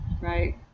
Right